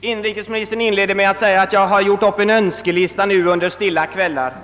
Inrikesministern inledde med att säga att jag hade gjort upp en önskelista nu till jul under stilla kvällar.